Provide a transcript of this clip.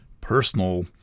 personal